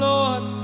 Lord